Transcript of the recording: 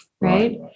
right